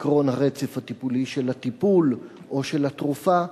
עקרון הרצף הטיפולי של הטיפול או של התרופה,